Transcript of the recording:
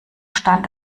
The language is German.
stand